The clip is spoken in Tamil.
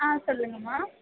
ஆ சொல்லுங்கம்மா